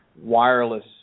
wireless